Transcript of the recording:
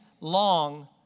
long